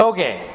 Okay